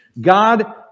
God